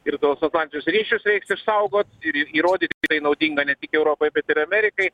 ir tuos atlantinius ryšius reiks išsaugot ir įrodyti tai naudinga ne tik europai bet ir amerikai